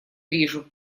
вижу